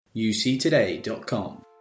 UcToday.com